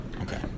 Okay